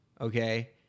Okay